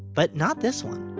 but not this one.